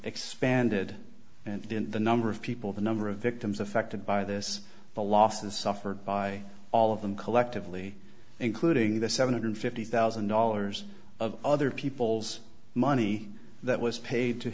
expanded and the number of people the number of victims affected by this the losses suffered by all of them collectively including the seven hundred fifty thousand dollars of other people's money that was paid to